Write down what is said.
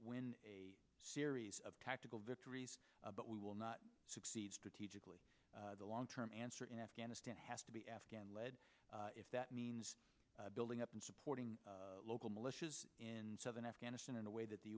win a series of tactical victories but we will not succeed strategically the long term answer in afghanistan has to be afghan led if that means building up and supporting local militias in southern afghanistan in a way that the